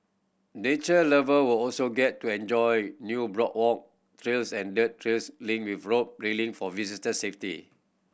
nature lover will also get to enjoy new boardwalk trails and dirt trails lined with rope railing for visitor safety